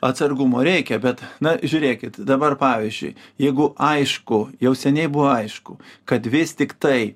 atsargumo reikia bet na žiūrėkit dabar pavyzdžiui jeigu aišku jau seniai buvo aišku kad vis tiktai